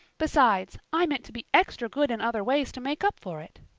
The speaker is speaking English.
besides, i meant to be extra good in other ways to make up for it.